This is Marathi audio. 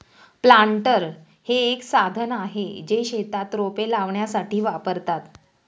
प्लांटर हे एक साधन आहे, जे शेतात रोपे लावण्यासाठी वापरतात